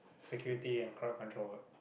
security and crowd control